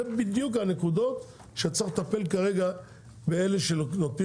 זה בדיוק הנקודות שצריך לטפל כרגע באלה שנוטלים